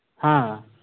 ହଁ